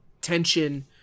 tension